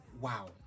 wow